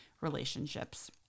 relationships